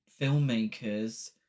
filmmakers